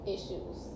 Issues